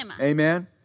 Amen